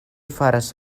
faras